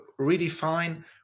redefine